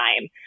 time